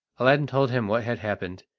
aladdin told him what had happened,